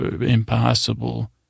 impossible